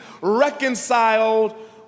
reconciled